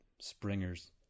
Springers